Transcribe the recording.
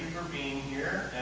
being here